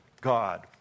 God